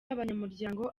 abanyamuryango